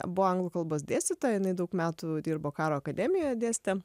buvo anglų kalbos dėstytoja jinai daug metų dirbo karo akademijoj dėstė